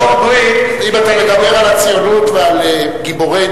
אם אתה מדבר על הציונות ועל גיבורנו,